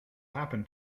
happen